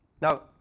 Now